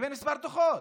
לבין מספר הדוחות,